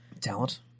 talent